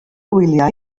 wyliau